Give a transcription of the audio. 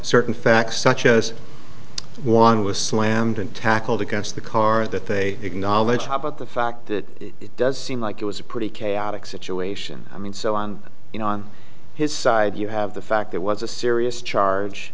certain facts such as one was slammed and tackled against the car that they acknowledged about the fact that it does seem like it was a pretty chaotic situation i mean so on you know on his side you have the fact it was a serious charge